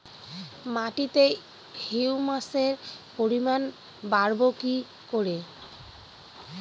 মাটিতে হিউমাসের পরিমাণ বারবো কি করে?